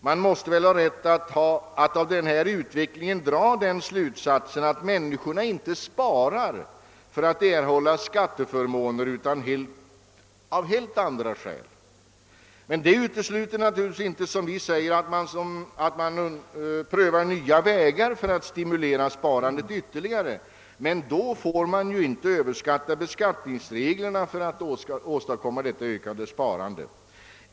Man måste väl ha rätt att av denna utveckling dra den slutsatsen att män niskorna inte sparar för att erhålla skatteförmåner utan av helt andra skäl. Det utesluter naturligtvis inte, som utskottet understryker, att man prövar nya vägar för att stimulera sparandet ytterligare. Men man får inte överskatta beskattningsreglernas betydelse när det gäller att åstadkomma detta ökade sparande.